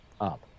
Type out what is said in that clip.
up